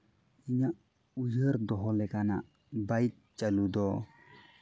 ᱤᱧᱟᱹᱜ ᱩᱭᱦᱟᱹᱨ ᱫᱚᱦᱚ ᱞᱮᱠᱟᱱᱜ ᱵᱟᱭᱤᱠ ᱪᱟᱹᱞᱩ ᱫᱚ